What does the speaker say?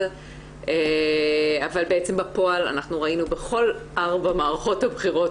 אבל בעצם בפועל אנחנו ראינו בכל ארבע מערכות הבחירות